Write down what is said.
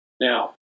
Now